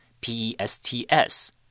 P-E-S-T-S